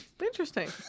interesting